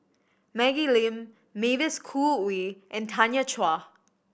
Maggie Lim Mavis Khoo Oei and Tanya Chua